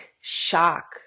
shock